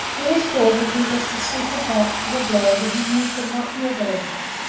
in his quarters he was to sit and wait for the blow that he knew could not be averted.